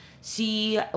see